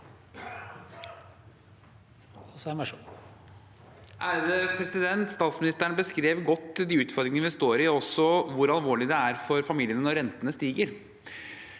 (H) Statsministeren be- skrev godt de utfordringene vi står i, og også hvor alvorlig det er for familiene når rentene stiger.